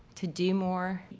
to do more,